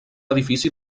edifici